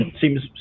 Seems